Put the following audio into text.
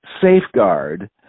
safeguard